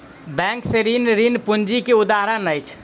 bank से ऋण, ऋण पूंजी के उदाहरण अछि